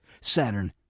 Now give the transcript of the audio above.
Saturn